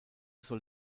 soll